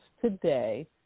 today